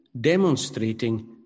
demonstrating